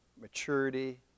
maturity